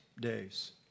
days